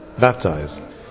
baptized